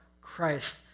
Christ